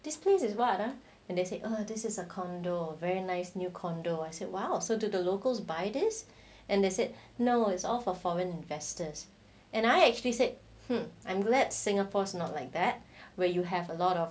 this place is what ah and they said this is a condo very nice new condo I said !wow! so do the locals buy this and that's it no it's all for foreign investors and I actually said I'm glad singapore is not like that hmm where you have a lot of